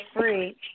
free